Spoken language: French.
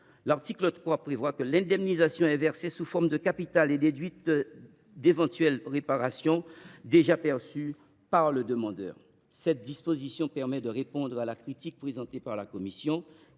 L’article 3 tend à ce que l’indemnisation soit versée sous forme de capital et déduite d’éventuelles réparations déjà perçues par le demandeur. Cette disposition permet de répondre à la critique présentée par la commission,